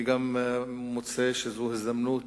אני גם מוצא שזו הזדמנות